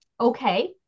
okay